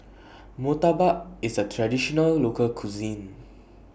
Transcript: Murtabak IS A Traditional Local Cuisine